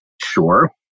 Sure